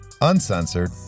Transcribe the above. uncensored